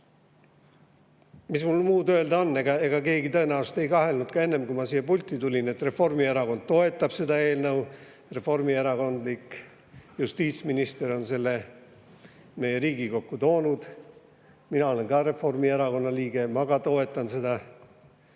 Mis mul muud öelda on? Ega keegi tõenäoliselt ei kahelnud, enne kui ma siia pulti tulin, et Reformierakond toetab seda eelnõu. Reformierakondlik justiitsminister on selle Riigikokku toonud. Mina olen ka Reformierakonna liige ja mina ka toetan seda.